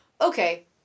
Okay